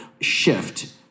shift